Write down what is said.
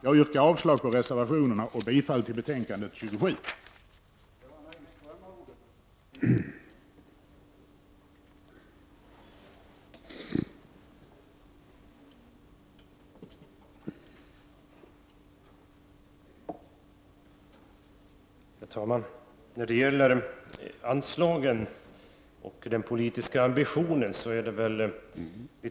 Jag yrkar avslag på reservationerna och bifall till utskottets hemställan i arbetsmarknadsutskottets betänkande nr 27.